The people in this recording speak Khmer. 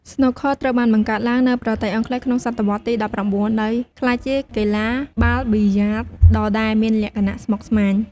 ស្នូកឃ័រ ត្រូវបានបង្កើតឡើងនៅប្រទេសអង់គ្លេសក្នុងសតវត្សទី ១៩ ដោយក្លាយជាកីឡាបាល់ប៊ីល្យាដដែលមានលក្ខណៈស្មុគស្មាញ។